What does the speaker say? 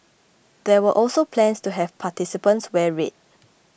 there were also plans to have participants wear red